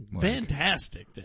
Fantastic